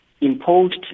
Imposed